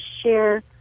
share